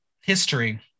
history